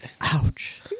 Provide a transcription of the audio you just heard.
ouch